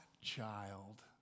child